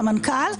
המנכ"ל.